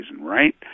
right